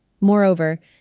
Moreover